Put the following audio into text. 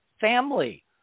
family